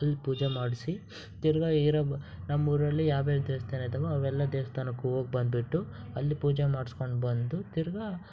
ಅಲ್ಲಿ ಪೂಜೆ ಮಾಡಿಸಿ ತಿರ್ಗಿ ಇರೋ ಬ್ ನಮ್ಮ ಊರಲ್ಲಿ ಯಾವ್ಯಾವ ದೇವ್ಸ್ಥಾನ ಇದಾವೋ ಅವೆಲ್ಲ ದೇವಸ್ಥಾನಕ್ಕು ಹೋಗ್ ಬಂದುಬಿಟ್ಟು ಅಲ್ಲಿ ಪೂಜೆ ಮಾಡ್ಸ್ಕಂಡು ಬಂದು ತಿರ್ಗಿ